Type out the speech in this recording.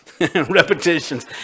Repetitions